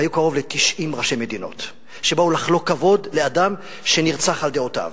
והיו קרוב ל-90 ראשי מדינות שבאו לחלוק כבוד לאדם שנרצח על דעותיו.